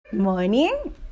morning